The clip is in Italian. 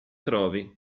trovi